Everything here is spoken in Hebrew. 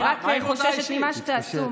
אני רק חוששת ממה שתעשו.